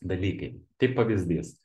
dalykai tai pavyzdys